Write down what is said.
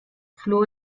fluor